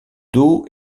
dos